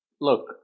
look